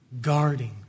guarding